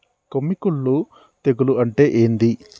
కొమ్మి కుల్లు తెగులు అంటే ఏంది?